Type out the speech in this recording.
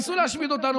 ניסו להשמיד אותנו.